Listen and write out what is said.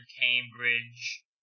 Cambridge